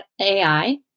AI